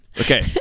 Okay